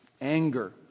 Anger